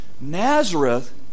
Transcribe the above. Nazareth